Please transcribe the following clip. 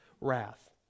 wrath